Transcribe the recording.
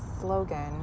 slogan